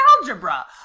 algebra